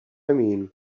mean